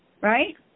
Right